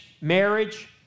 marriage